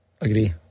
Agree